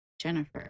Jennifer